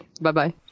Bye-bye